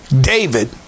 David